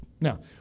Now